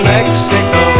Mexico